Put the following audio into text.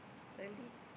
a lit